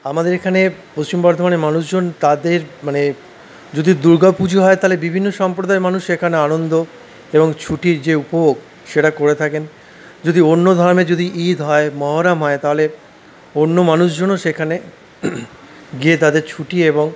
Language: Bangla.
আমাদের এখানে পশ্চিম বর্ধমানের মানুষজন তাদের মানে যদি দূর্গা পুজো হয় তাহলে বিভিন্ন সম্প্রদায়ের মানুষ এখানে আনন্দ এবং ছুটি যে উপভোগ সেটা করে থাকেন যদি অন্য ধর্মে যদি ঈদ হয় মহরম হয় তাহলে অন্য মানুষজনও সেখানে গিয়ে তাদের ছুটি এবং